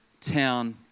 town